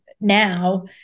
now